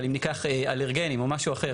אבל אם ניקח אלרגנים או משהו אחר,